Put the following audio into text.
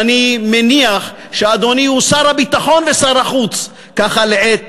אני מניח שאדוני הוא שר הביטחון ושר החוץ לעת